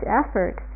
effort